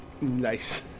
Nice